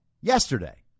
yesterday